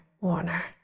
Warner